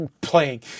playing